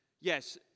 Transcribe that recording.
yes